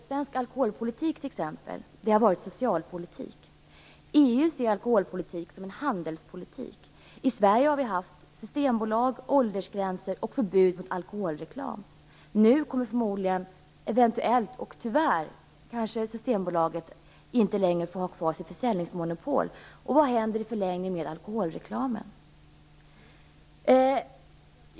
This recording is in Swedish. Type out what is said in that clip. Svensk alkoholpolitik har varit socialpolitik. EU ser alkoholpolitik som handelspolitik. I Sverige har vi haft Systembolag, åldersgränser och förbud mot alkoholreklam. Nu kommer förmodligen Systembolaget tyvärr inte längre att få ha kvar sitt försäljningsmonopol. Vad händer i förlängningen med alkoholreklamen?